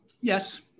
Yes